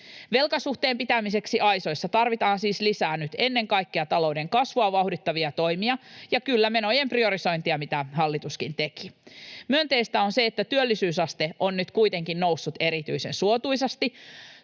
Velkasuhteen pitämiseksi aisoissa tarvitaan nyt siis lisää ennen kaikkea talouden kasvua vauhdittavia toimia, ja kyllä, menojen priorisointia, mitä hallituskin teki. Myönteistä on se, että työllisyysaste on nyt kuitenkin noussut erittäin suotuisasti,